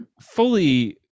fully